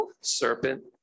Serpent